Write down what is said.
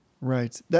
Right